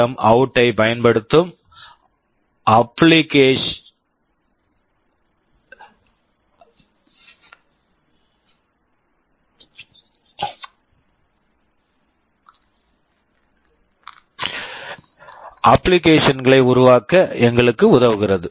எம்அவுட் PWMOut ஐப் பயன்படுத்தும் application application களை உருவாக்க எங்களுக்கு உதவுகிறது